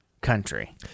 country